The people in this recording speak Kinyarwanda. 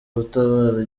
gutabara